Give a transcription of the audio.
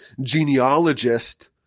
genealogist